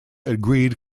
agreed